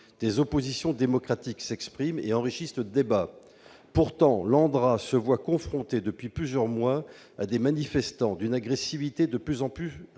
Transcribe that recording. Des oppositions démocratiques s'expriment et enrichissent le débat. Cependant, l'ANDRA se voit confrontée depuis plusieurs mois à des manifestants d'une agressivité de plus en plus radicale.